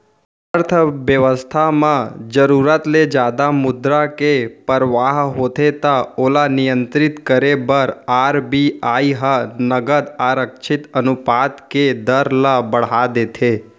अर्थबेवस्था म जरुरत ले जादा मुद्रा के परवाह होथे त ओला नियंत्रित करे बर आर.बी.आई ह नगद आरक्छित अनुपात के दर ल बड़हा देथे